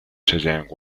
cheyenne